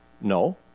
No